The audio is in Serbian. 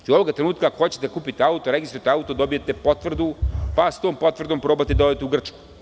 Znači ovoga trenutka ako hoćete da kupite, registrujete auto, dobijete potvrdu, pa s tom potvrdom probate da odete u Grčkoj.